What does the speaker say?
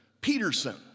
Peterson